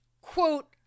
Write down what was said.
quote